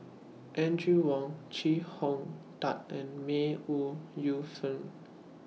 Audrey Wong Chee Hong Tat and May Ooi Yu Fen